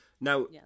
Now